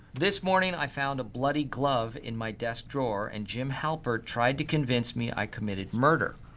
this morning i found a bloody glove in my desk drawer and jim halpert tried to convince me i commited murder.